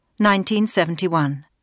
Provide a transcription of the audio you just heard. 1971